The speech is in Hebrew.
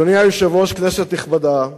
אדוני היושב-ראש, כנסת נכבדה,